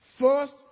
First